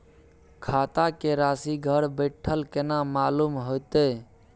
खाता के राशि घर बेठल केना मालूम होते?